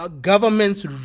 governments